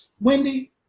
Wendy